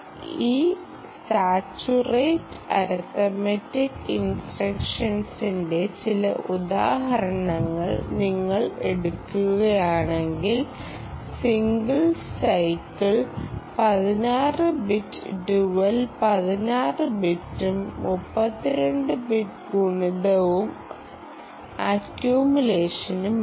ഈ saturate arithmetic ഇൻസ്ട്രക്ഷൻസിന്റെ ചില ഉദാഹരണങ്ങൾ നിങ്ങൾ എടുക്കുകയാണെങ്കിൽ സിംഗിൾ സൈക്കിൾ 16 ബിറ്റ് ഡ്യുവൽ 16 ബിറ്റും 32 ബിറ്റ് ഗുണിതവും അക്കുമുലേഷനുമാണ്